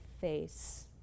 face